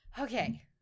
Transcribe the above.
okay